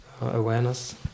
awareness